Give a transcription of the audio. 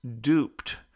duped